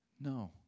no